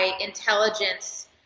intelligence